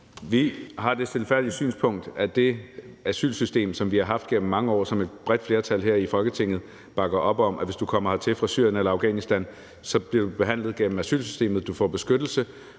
Vi har det stilfærdige synspunkt, at vi støtter det asylsystem, som vi har haft igennem mange år, og som et bredt flertal her i Folketinget bakker op om, og som siger, at hvis du kommer hertil fra Syrien eller Afghanistan, bliver du behandlet gennem asylsystemet, og du får beskyttelse,